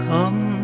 Come